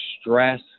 stress